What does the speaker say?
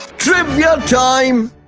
trivia time!